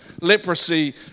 leprosy